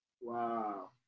Wow